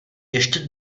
ještě